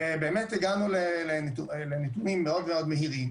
והגענו לנתונים מאוד מאוד מהירים,